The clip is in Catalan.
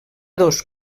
dos